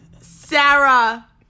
Sarah